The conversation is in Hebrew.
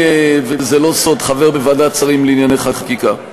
זה לא סוד שאני חבר בוועדת שרים לענייני חקיקה,